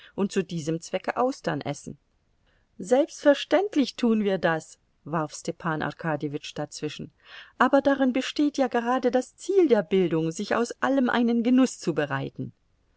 und zu diesem zwecke austern essen selbstverständlich tun wir das warf stepan arkadjewitsch dazwischen aber darin besteht ja gerade das ziel der bildung sich aus allem einen genuß